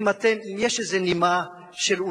אם יש איזו נימה של,